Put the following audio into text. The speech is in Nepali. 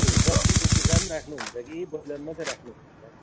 ए बस्तीको कुखुरा पनि राख्नुहुन्छ कि ब्रोयलर मात्रै राख्नुहुन्छ